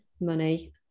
money